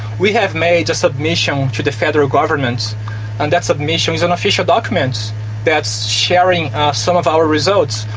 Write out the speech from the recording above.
we have made a submission to the federal government and that submission is an official document that's sharing some of our results.